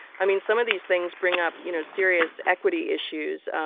i mean, some of these things bring up, you know, serious equity issues.